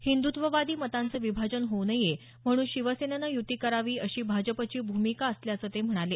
हिन्दुत्ववादी मतांचं विभाजन होऊ नये म्हणून शिवसेनेनं युती करावी अशी भाजपाची भ्मिका असल्याचं ते म्हणाले